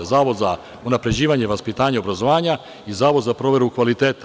Zavod za unapređivanje vaspitanja i obrazovanja i Zavod za proveru kvaliteta.